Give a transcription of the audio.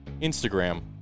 Instagram